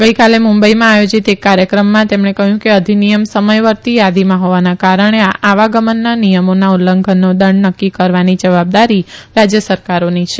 ગઇકાલે મુંબઇમાં આયોજીત એક કાર્યક્રમમાં તેમણે કહ્યું કે ા ધિનિયમની સમયવર્તી યાદીમાં હોવાના કારણે આવા ગમનના નિયમોના ઉલ્લંધનનો દંડ નકકી કરવાની જવાબદારી રાજય સરકારોની છે